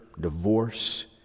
divorce